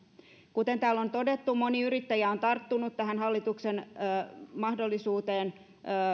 kuten täällä on todettu moni yrittäjä on tarttunut tähän mahdollisuuteen